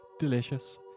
delicious